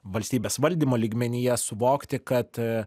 valstybės valdymo lygmenyje suvokti kad